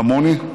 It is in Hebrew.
כמוני,